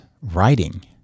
writing